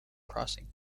crossing